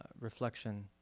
reflection